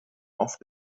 oft